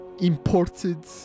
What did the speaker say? imported